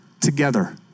together